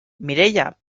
mireia